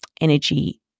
Energy